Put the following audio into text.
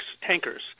tankers